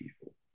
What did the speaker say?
people